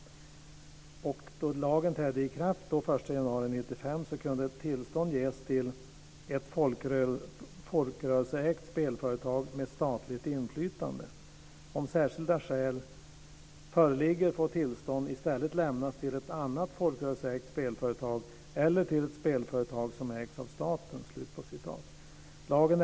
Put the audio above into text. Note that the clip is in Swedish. När lagen trädde i kraft den 1 januari 1995 kunde tillstånd ges till ett folkrörelseägt spelföretag med statligt inflytande: Om särskilda skäl föreligger får tillstånd i stället lämnas till ett annat folkrörelseägt spelföretag eller till ett spelföretag som ägs av staten.